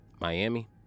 miami